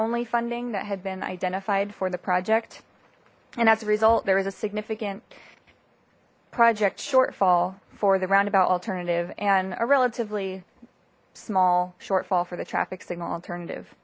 only funding that had been identified for the project and as a result there was a significant project shortfall for the roundabout alternative and a relatively small shortfall for the traffic signal alternative